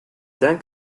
then